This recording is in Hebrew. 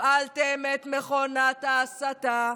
הפעלתם את מכונת ההסתה,